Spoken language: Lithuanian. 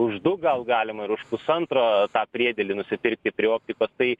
už du gal galima ir už pusantro tą priedėlį nusipirkti prie optikos tai